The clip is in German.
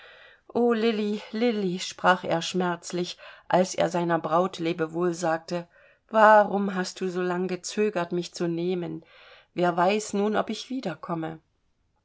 lilli lilli sprach er schmerzlich als er seiner braut lebewohl sagte warum hast du so lang gezögert mich zu nehmen wer weiß nun ob ich wiederkomme